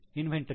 inventory